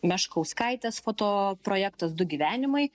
meškauskaitės foto projektas du gyvenimai